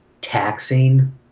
taxing